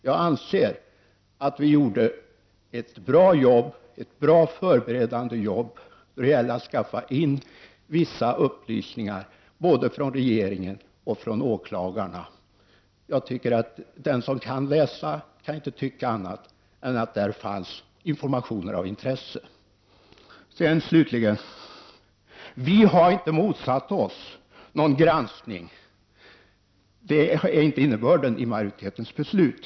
Jag anser att vi gjorde ett bra förberedande jobb då det gällde att få in vissa upplysningar både från regeringen och från åklagarna. Den som kan läsa kan inte tycka annat än att där fanns information av intresse. Vi har inte motsatt oss någon granskning. Det är inte innebörden av majoritetens beslut.